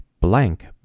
blank